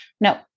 No